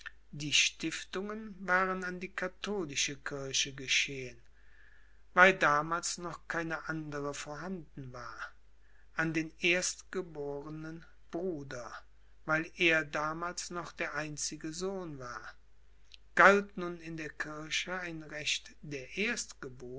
die stiftungen waren an die katholische kirche geschehen weil damals noch keine andere vorhanden war an den erstgebornen bruder weil er damals noch der einzige sohn war galt nun in der kirche ein recht der